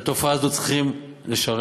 את התופעה הזאת צריכים לשרש,